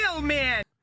man